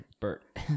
Bert